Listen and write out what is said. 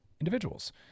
individuals